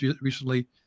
recently